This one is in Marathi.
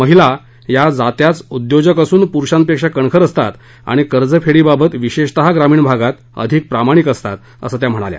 महिला या जात्याच उद्योजक असून प्रुषांपेक्षा कणखर असतात आणि कर्जफेडीबाबत विशेषतः ग्रामीण भागात अधिक प्रामाणिक असतात असं त्या म्हणाल्या